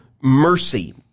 mercy